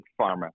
pharma